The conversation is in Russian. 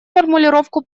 формулировку